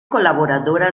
colaboradora